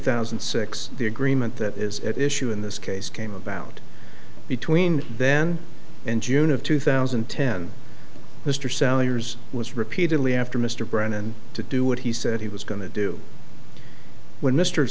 thousand and six the agreement that is at issue in this case came about between then and june of two thousand and ten mr saliers was repeatedly after mr brennan to do what he said he was going to do when mr